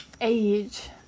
Age